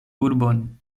urbon